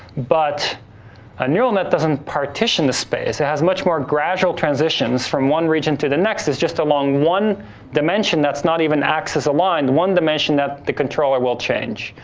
but a neural net doesn't partition the space. it has much more gradual transitions from one region to the next, it's just along one dimension that's not even acts as a line. one dimension that the controller will change,